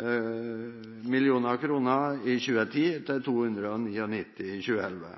i 2010 til 299 mill. kr i 2011.